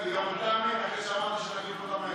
אגב, היא גם ענתה אמן אחרי שאמרת שתחליף אותה מהר.